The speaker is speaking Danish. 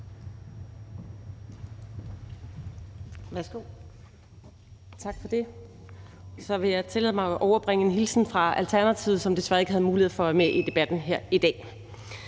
Tak for det. Jeg vil tillade mig at overbringe en hilsen fra Alternativet, som desværre ikke havde mulighed for at være med i debatten her i dag.